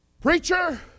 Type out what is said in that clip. Preacher